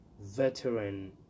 veteran